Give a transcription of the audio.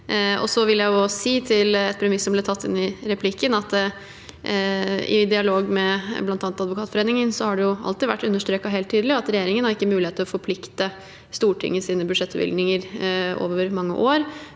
jeg si til et premiss som ble tatt inn i replikken, at i dialog med bl.a. Advokatforeningen har det alltid vært understreket helt tydelig at regjeringen ikke har mulighet til å forplikte Stortinget i sine budsjettbevilgninger over mange år.